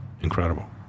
incredible